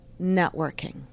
Networking